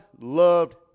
loved